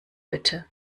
bitte